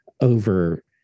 over